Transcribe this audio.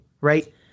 right